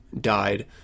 died